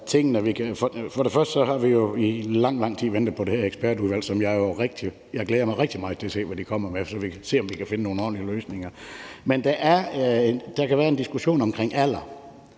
For det første har vi jo i lang, lang tid ventet på det her ekspertudvalg, og jeg glæder mig rigtig meget til at se, hvad de kommer med, så vi kan se, om vi kan finde nogle ordentlige løsninger. Men der kan være en diskussion omkring alder.